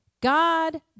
God